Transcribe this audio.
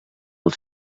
els